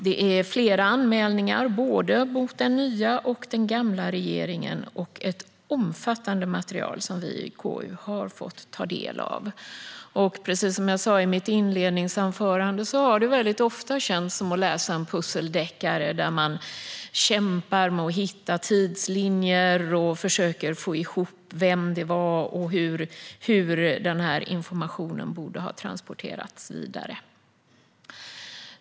Det är flera anmälningar mot både den nya och den gamla regeringen, och det är ett omfattande material som vi i KU har fått ta del av. Precis som jag sa i mitt inledningsanförande har det väldigt ofta känts som att läsa en pusseldeckare där man kämpar med att hitta tidslinjer, försöker få ihop vem det var och hur informationen borde ha transporterats vidare.